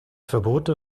verbote